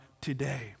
today